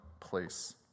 Place